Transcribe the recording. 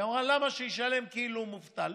והיא אמרה: למה שהוא ישלם כאילו הוא מובטל?